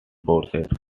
forces